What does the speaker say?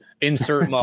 insert